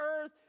earth